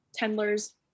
Tendler's